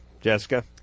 Jessica